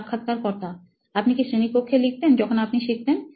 সাক্ষাৎকারকর্তা আপনি কি শ্রেণীকক্ষে লিখতেন যখন আপনি শিখতেন